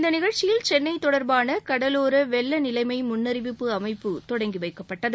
இந்த நிகழ்ச்சியில் சென்னை தொடர்பான கடவோர வெள்ளநிலைமை முன்னறிவிப்பு அமைப்பு தொடங்கி வைக்கப்பட்டது